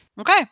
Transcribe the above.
Okay